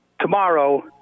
tomorrow